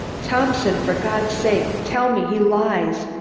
thompson, for god's sake, tell me he lies!